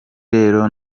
rero